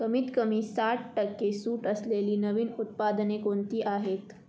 कमीतकमी साठ टक्के सूट असलेली नवीन उत्पादने कोणती आहेत